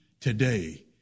Today